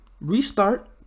restart